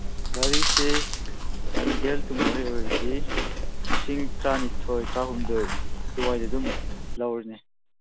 ꯒꯥꯔꯤꯁꯦ ꯆꯥꯟꯗꯦꯜ ꯇꯨ ꯃꯣꯔꯦ ꯑꯣꯏꯔꯗꯤ ꯂꯤꯁꯤꯡ ꯇꯔꯥꯅꯤꯊꯣꯏ ꯇꯔꯥꯍꯨꯝꯗꯣꯏ ꯑꯗꯨꯋꯥꯏꯗ ꯑꯗꯨꯝ ꯌꯧꯔꯅꯤ